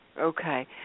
Okay